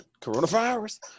Coronavirus